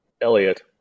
Elliot